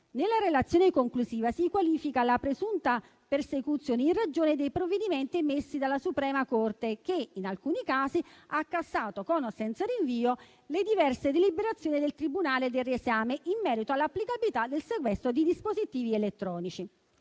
Nella relazione conclusiva si qualifica la presunta persecuzione in ragione dei provvedimenti emessi dalla Suprema corte, che in alcuni casi ha cassato, con o senza rinvio, le diverse deliberazioni del tribunale del riesame in merito all'applicabilità del sequestro di dispositivi elettronici.